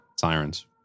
Sirens